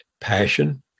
passion